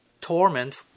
torment